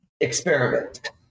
experiment